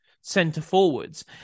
centre-forwards